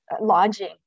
lodging